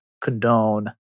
condone